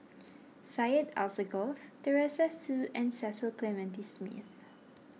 Syed Alsagoff Teresa Hsu and Cecil Clementi Smith